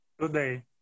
today